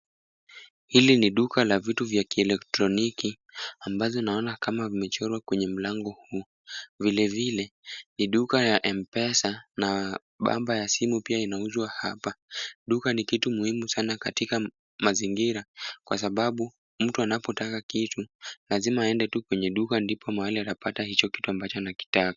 Hili ni duka la vitu vya kielektroniki ambazo naona kama vimechorwa kwenye mlango huu. Vilevile ni duka ya Mpesa na bamba ya simu pia inauzwa hapa. Duka ni kitu muhimu sana katika mazingira kwa sababu mtu anapotaka kitu lazime aende tu kwenye duka ndipo mahali atapata hicho kitu ambacho anakitaka.